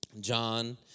John